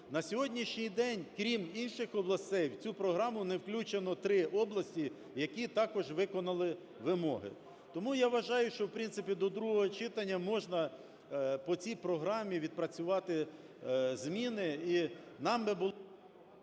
На сьогоднішній, день крім інших областей, в цю програму не включено три області, які також виконали вимоги. Тому я вважаю, що, в принципі, до другого читання можна по цій програмі відпрацювати зміни,